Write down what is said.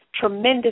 tremendous